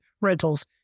rentals